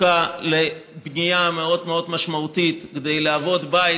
זקוקה לבנייה מאוד מאוד משמעותית כדי להוות בית